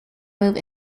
move